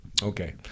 okay